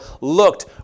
looked